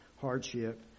hardship